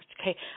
okay